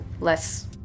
less